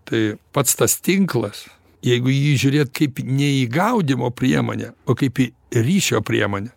tai pats tas tinklas jeigu į jį žiūrėt kaip ne į gaudymo priemonę o kaip į ryšio priemonę